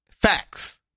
facts